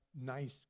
Nice